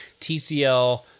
TCL